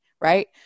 right